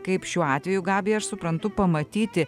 kaip šiuo atveju gabija aš suprantu pamatyti